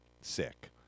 sick